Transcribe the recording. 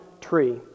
tree